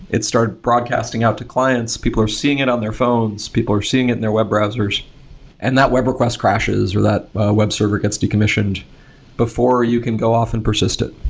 it started broadcasting out to clients. people are seeing it on their phones. people are seeing it in their web browsers and that web request crashes or that web server gets decommissioned before you can go off and persist it?